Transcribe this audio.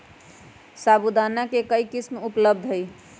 साबूदाना के कई किस्म उपलब्ध हई